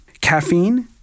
caffeine